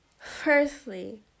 Firstly